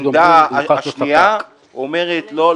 והעמדה השנייה אומרת: לא,